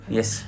Yes